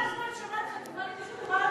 כל הזמן אני שומעת "חטיבה להתיישבות".